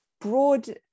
broad